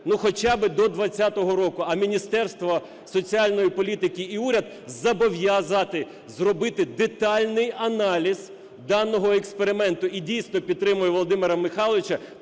хоча би до 20-го року, а Міністерство соціальної політики і уряд зобов'язати зробити детальний аналіз даного експерименту. І дійсно, підтримую Володимира Михайловича